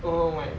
oh my